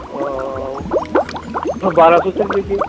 بارہ سو کر لیجیے